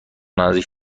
نزدیک